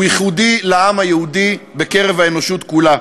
ייחודי לעם היהודי בקרב האנושות כולה.